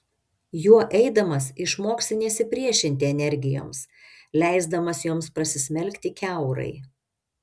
juo eidamas išmoksi nesipriešinti energijoms leisdamas joms prasismelkti kiaurai